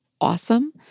awesome